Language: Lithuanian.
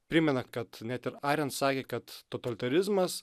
primena kad net ir ariant sakė kad totalitarizmas